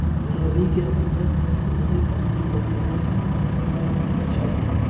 रबी के समय मे थोरहें पानी लगे अइसन फसल ल बोना चाही